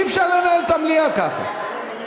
אי-אפשר לנהל את המליאה ככה.